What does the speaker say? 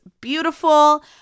beautiful